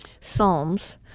psalms